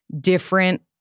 different